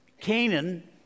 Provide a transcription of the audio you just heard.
Canaan